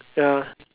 ya